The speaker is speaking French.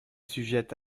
sujette